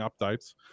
updates